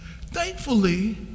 thankfully